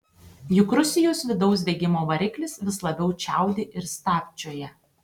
juk rusijos vidaus degimo variklis vis labiau čiaudi ir stabčioja